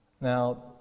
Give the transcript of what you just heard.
Now